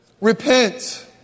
Repent